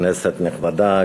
כנסת נכבדה,